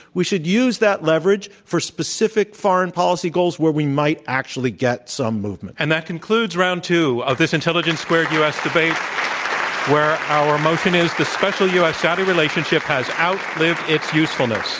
we should use that leverage for specific foreign policy goals where we might actually get some movement. and that concludes round two of this intelligence squared u. s. debate where our motion is the special u. s. saudi relationship has outlived its usefulness.